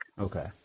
Okay